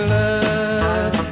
love